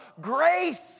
grace